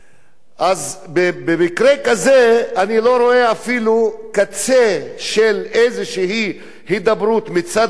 אז במקרה כזה אני לא רואה אפילו קצה של איזו הידברות מצד הממשלה,